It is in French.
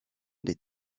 des